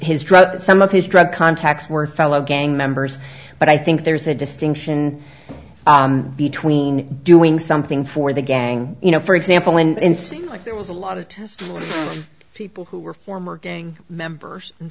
drug some of his drug contacts were fellow gang members but i think there's a distinction between doing something for the gang you know for example and it seems like there was a lot of testing people who were former gang members and